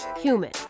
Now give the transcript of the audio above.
human